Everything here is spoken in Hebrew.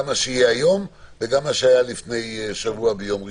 גם מה שיהיה היום וגם מה שהיה לפני שבוע ביום ראשון.